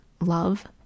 love